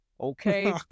okay